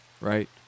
Right